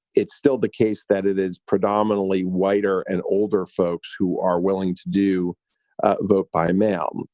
it's still the case that it is predominantly whiter and older folks who are willing to do vote by mail.